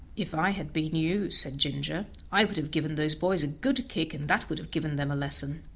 if i had been you, said ginger, i would have given those boys a good kick, and that would have given them a lesson.